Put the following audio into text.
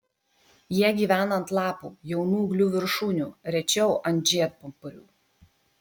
jie gyvena ant lapų jaunų ūglių viršūnių rečiau ant žiedpumpurių